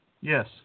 Yes